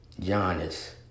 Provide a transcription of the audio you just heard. Giannis